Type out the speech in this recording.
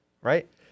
right